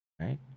right